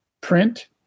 print